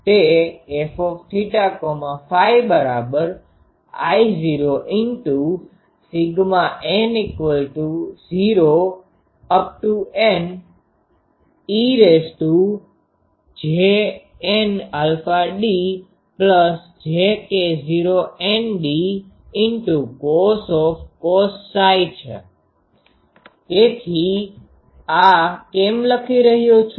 તે fθΦI૦ n૦NejnαdjK૦ndcos છે હું આ કેમ લખી રહ્યો છું